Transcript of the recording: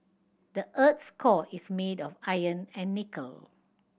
the earth's core is made of iron and nickel